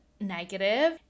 negative